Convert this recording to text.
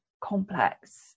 complex